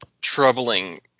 troubling